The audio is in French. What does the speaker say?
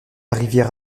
rivière